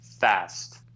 fast